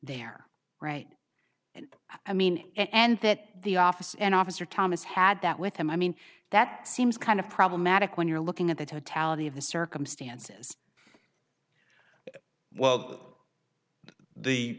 there right and i mean it and that the office and officer thomas had that with him i mean that seems kind of problematic when you're looking at the totality of the circumstances well the